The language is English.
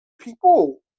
people